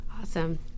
Awesome